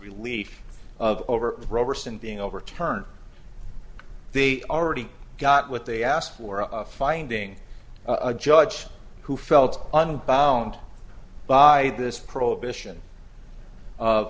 relief of over roberson being overturned they already got what they asked for a finding a judge who felt unbound by this prohibition